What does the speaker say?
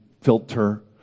filter